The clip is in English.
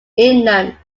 inland